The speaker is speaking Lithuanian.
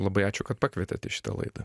labai ačiū kad pakvietėt į šitą laidą